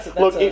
look